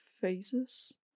phases